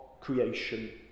creation